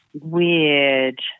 weird